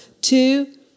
Two